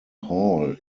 hall